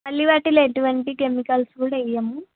మళ్ళీ వాటిలో ఎటువంటి కెమికల్స్ కూడా వెయ్యము